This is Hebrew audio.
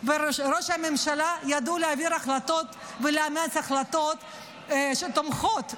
וראש הממשלה ידעו להעביר החלטות ולאמץ החלטות שתומכות,